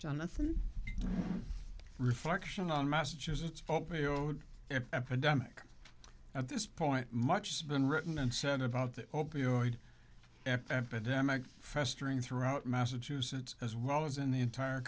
jonathan reflection on massachusetts open road epidemic at this point much has been written and said about the opioid epidemic festering throughout massachusetts as well as in the entire